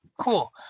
Cool